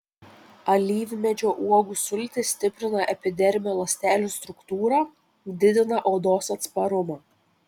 alyvmedžio uogų sultys stiprina epidermio ląstelių struktūrą didina odos atsparumą